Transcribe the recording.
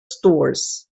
stores